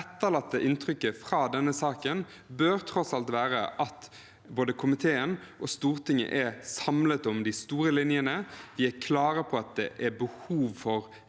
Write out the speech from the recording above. etterlatte inntrykket fra denne saken tross alt bør være at både komiteen og Stortinget er samlet om de store linjene. Vi er klare på at det er behov for en